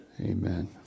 amen